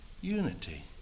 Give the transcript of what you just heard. unity